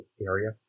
area